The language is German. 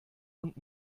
und